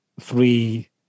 three